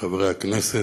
חברי הכנסת.